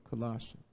Colossians